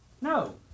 No